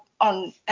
on